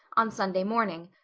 on sunday morning.